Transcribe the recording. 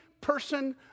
person